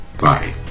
Bye